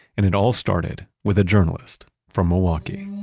and it all started with a journalist from milwaukee